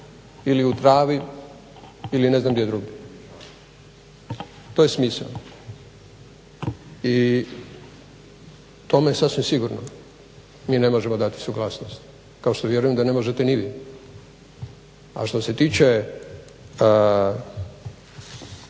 ili u travi ili ne znam gdje drugdje. To je smisao. I tome sasvim sigurno mi ne možemo dati suglasnost kao što vjerujem da ne možete ni vi. A što se tiče